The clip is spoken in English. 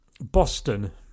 Boston